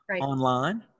online